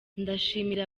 ndashimira